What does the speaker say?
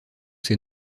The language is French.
ses